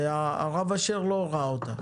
הרב אשר לא ראה אותה